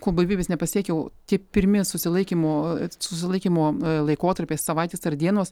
kol blaivybės nepasiekiau tie pirmi susilaikymo susilaikymo laikotarpiai savaitės ar dienos